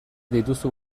dituzu